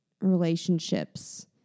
relationships